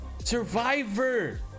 SURVIVOR